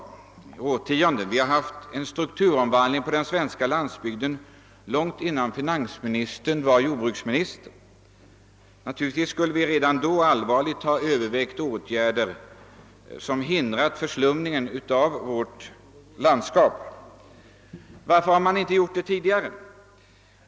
Vi har på den svenska landsbygden haft en strukturomvandling som började långt innan finansministern var jordbruksminister. Naturligtvis skulle vi redan då allvarligt ha övervägt åtgärder som hindrat förslumningen av vårt landskap. Varför gjorde man inte det tidigare?